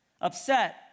Upset